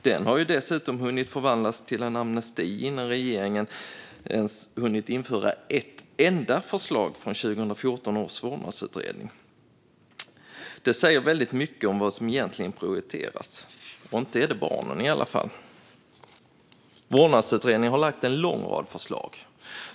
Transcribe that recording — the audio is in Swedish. Den har dessutom hunnit förvandlas till en amnesti innan regeringen ens hunnit införa ett enda förslag från 2014 års vårdnadsutredning. Det säger väldigt mycket om vad som egentligen prioriteras. Inte är det barnen i alla fall! Vårdnadsutredningen har lagt fram en lång rad förslag.